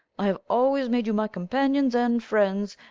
i have always made you my companions and friends,